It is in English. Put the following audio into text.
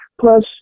Plus